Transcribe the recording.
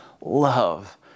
love